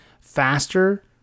faster